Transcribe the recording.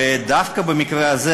ודווקא במקרה הזה,